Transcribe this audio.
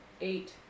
Eight